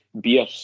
beer